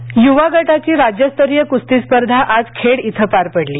कुस्ती स्पर्धा युवा गटाची राज्यस्तरीय कुस्ती स्पर्धा आज खेड इथं पार पडली